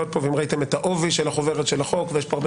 ראיתם את העובי של החוברת של החוק ויש פה הרבה